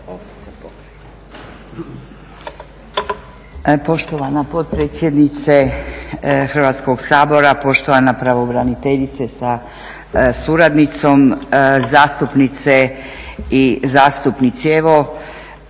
Poštovana potpredsjednice Hrvatskog sabora, poštovana pravobraniteljice sa suradnicom, zastupnice i zastupnici. Evo